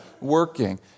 working